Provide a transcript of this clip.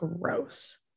gross